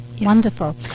wonderful